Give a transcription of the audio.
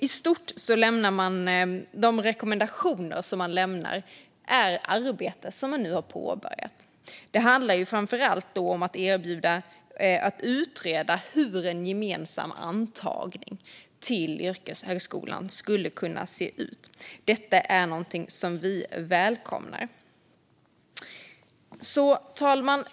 I stort är de rekommendationer som man lämnar ett arbete som nu har påbörjats. Det handlar framför allt om att utreda hur en gemensam antagning till yrkeshögskolan skulle kunna se ut. Detta är någonting som vi välkomnar. Fru talman!